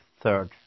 third